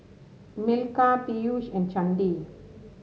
Milkha Peyush and Chandi